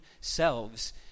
selves